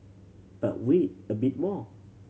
but wait a bit more